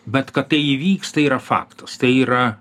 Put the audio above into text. bet kad tai įvyksta yra faktas tai yra